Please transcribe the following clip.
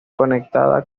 conectada